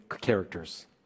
characters